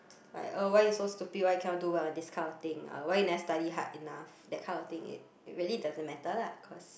like oh why you so stupid why you cannot do well in these kind of thing uh why you never study hard enough that kind of thing it it really doesn't matter lah cause